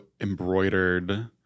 embroidered